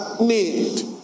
need